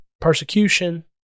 persecution